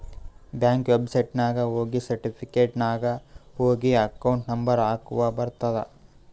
bank ವೆಬ್ಸೈಟ್ನಾಗ ಹೋಗಿ certificate ನಾಗ್ ಹೋಗಿ ಅಕೌಂಟ್ ನಂಬರ್ ಹಾಕುರ ಬರ್ತುದ್